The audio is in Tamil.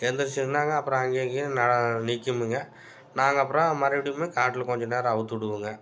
எந்திரிச்சதுனாங்க அப்புறம் அங்கே இங்கேயும் ந நிற்குமுங்க நாங்கள் அப்புறம் மறுபடியும் போய் காட்டில கொஞ்ச நேரம் அவுழ்த்துவுடுவோங்க